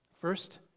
First